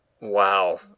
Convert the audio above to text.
Wow